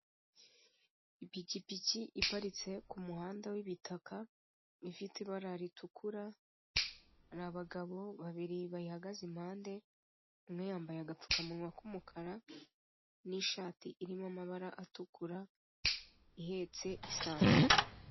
Ipikipiki iparitse ku muhanda w'ibitaka, ifite ibara ritukura, hari abagabo babiri bayihagaze impande, umwe yambaye agapfukamunwa k'umukara n'ishati irimo amabara atukura, ihetse isanduku.